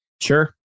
Sure